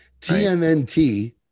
TMNT